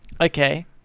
Okay